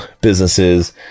businesses